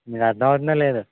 నీకు అర్దం అవుతుందో లేదో